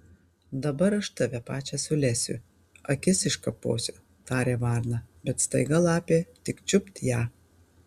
dabar aš tave pačią sulesiu akis iškaposiu tarė varna bet staiga lapė tik čiupt ją